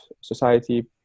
society